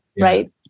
right